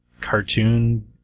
cartoon